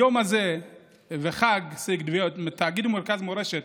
היום הזה וחג הסיגד, תאגיד ומרכז מורשת